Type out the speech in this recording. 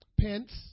pence